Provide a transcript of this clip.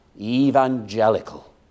evangelical